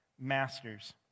Masters